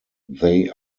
they